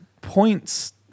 points